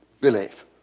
believe